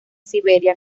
siberia